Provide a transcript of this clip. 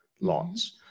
lots